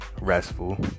restful